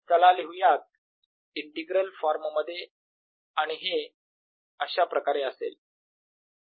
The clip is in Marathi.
चला लिहूयात इंटिग्रल फॉर्ममध्ये आणि हे अशा प्रकारे असेल